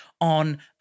on